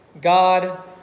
God